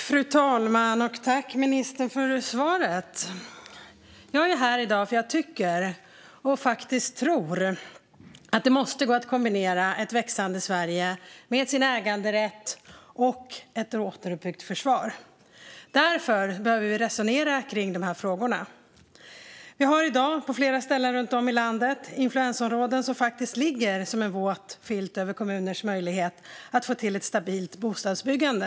Fru talman! Tack, ministern, för svaret! Jag är här i dag för att jag tycker och tror att det måste gå att kombinera ett växande Sverige med äganderätt och ett återuppbyggt försvar. Därför behöver vi resonera kring dessa frågor. Vi har i dag på flera ställen runt om i landet influensområden som ligger som en våt filt över kommuners möjlighet att få till ett stabilt bostadsbyggande.